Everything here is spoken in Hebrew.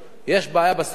יש בעיה בסלולר,